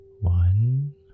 one